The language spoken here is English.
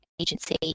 agency